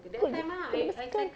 basikal